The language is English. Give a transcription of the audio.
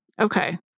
Okay